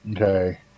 Okay